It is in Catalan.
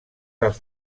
del